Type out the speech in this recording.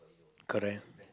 correct